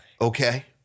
Okay